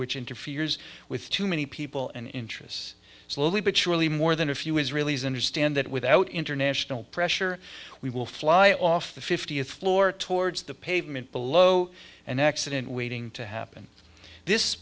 which interferes with too many people and interests slowly but surely more than a few israelis and you stand that without international pressure we will fly off the fiftieth floor towards the pavement below an accident waiting to happen this